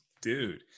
dude